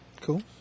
Cool